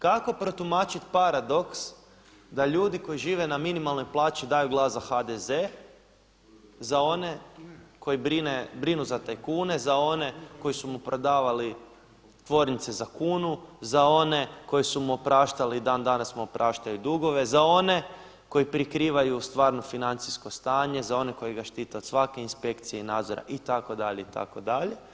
Kako protumačiti paradoks da ljudi koji žive na minimalnoj plaći daju glas za HDZ, za one koji brinu za tajkune, za one koji su mu predavali tvornice za kunu, za one koji su mu opraštali i dan danas mu opraštaju dugove, za one koji prikrivaju stvarno financijsko stanje, za one koji ga štite od svake inspekcije i nadzora itd. itd.